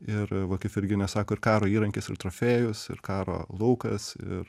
ir va kaip virginija sako ir karo įrankis ir trofėjus ir karo laukas ir